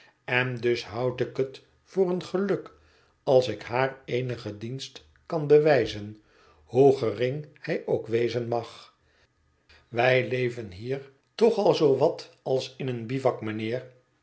en dus houd ik het voor een geluk als ik haar eenigen dienst kan bewijzen hoe gering hij ook wezen mag wij leven hier toch al zoo wat als in een bivak